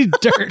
dirt